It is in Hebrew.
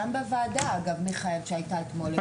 גם בוועדה, אגב, מיכאל שהייתה אתמול.